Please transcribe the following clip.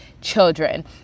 children